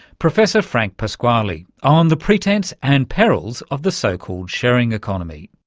professor frank pasquale on the pretence and perils of the so-called sharing economy.